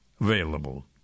available